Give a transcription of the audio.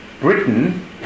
Britain